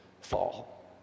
fall